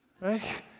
right